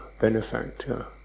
benefactor